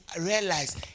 realize